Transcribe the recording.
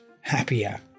happier